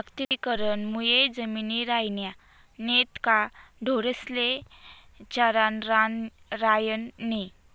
जागतिकीकरण मुये जमिनी रायन्या नैत का ढोरेस्ले चरानं रान रायनं नै